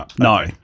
No